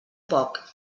poc